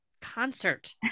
concert